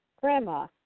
Grandma